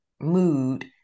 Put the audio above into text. mood